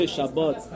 Shabbat